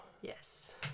Yes